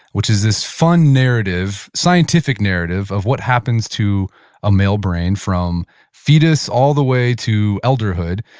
which is this fun narrative, scientific narrative of what happens to a male brain from fetus, all the way to elder hood.